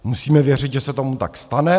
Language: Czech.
Musíme věřit, že se tomu tak stane.